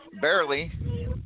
barely